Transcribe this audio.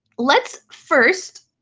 let's first